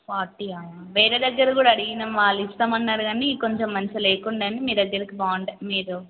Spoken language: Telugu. ఫార్టీయా వేరే దగ్గర కూడా అడిగినాం వాళ్ళు ఇస్తామన్నారు గానీ కొంచెం మంచిగా లేకుండే అని మీ దగ్గర బాగుంటాయి మీరు